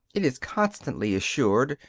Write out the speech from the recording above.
it is constantly assured,